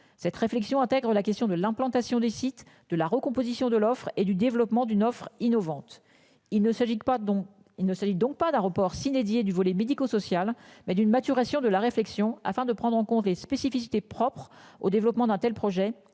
cette réflexion intègre la question de l'implantation des sites de la recomposition de l'offre et du développement d'une offre innovante. Il ne s'agit pas dont il ne s'agit donc pas d'aéroport si dédié du volet médico-social mais d'une maturation de la réflexion afin de prendre en compte les spécificités propres au développement d'un tel projet